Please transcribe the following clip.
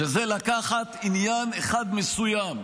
שזה לקחת עניין אחד מסוים.